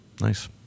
Nice